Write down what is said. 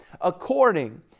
According